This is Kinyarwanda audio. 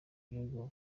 gihugu